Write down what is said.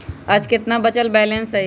आज केतना बचल बैलेंस हई?